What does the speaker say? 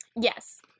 Yes